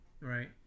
right